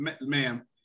ma'am